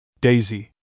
Daisy